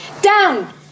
down